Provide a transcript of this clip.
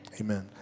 amen